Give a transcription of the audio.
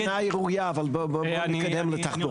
הטענה היא ראויה, אבל בואו נתקדם לתחבורה.